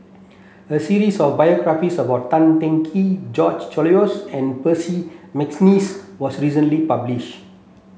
a series of biographies about Tan Teng Kee George Oehlers and Percy McNeice was recently publish